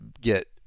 get